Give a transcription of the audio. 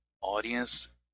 audience